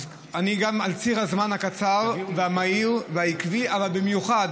גם על ציר הזמן הקצר והמהיר והעקבי, אבל במיוחד